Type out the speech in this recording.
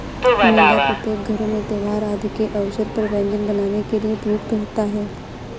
मैदा प्रत्येक घरों में त्योहार आदि के अवसर पर व्यंजन बनाने के लिए प्रयुक्त होता है